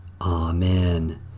Amen